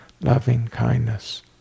loving-kindness